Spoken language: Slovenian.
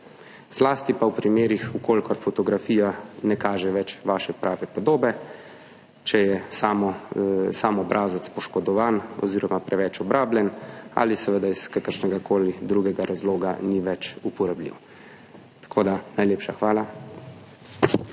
Zlasti pa v primerih, če fotografija ne kaže več vaše prave podobe, če je sam obrazec poškodovan oziroma preveč obrabljen ali seveda iz kakršnega koli drugega razloga ni več uporabljiv. Najlepša hvala.